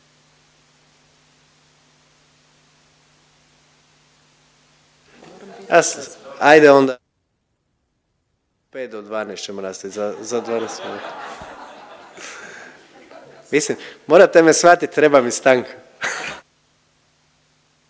Ajde onda ovaj 5 do 12 ćemo nastavit, za 20 minuta. Mislim, morate me shvatit, treba mi stanka.